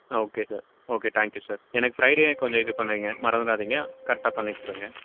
okay sir okay thank you sir எனக்கு Friday கொஞ்சம் இது பண்ணுங்கள் மறந்துவிடாதீங்க கரெக்டாக பண்ணிக் கொடுங்க